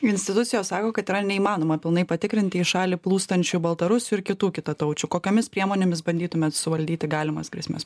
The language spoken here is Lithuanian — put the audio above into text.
institucijos sako kad yra neįmanoma pilnai patikrinti į šalį plūstančių baltarusių ir kitų kitataučių kokiomis priemonėmis bandytumėt suvaldyti galimas grėsmes